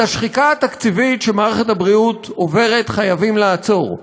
את השחיקה התקציבית שמערכת הבריאות עוברת חייבים לעצור,